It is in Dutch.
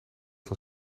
van